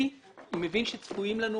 אני מבין שצפויים לנו